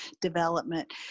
development